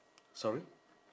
sorry